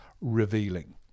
revealing